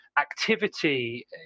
activity